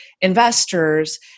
investors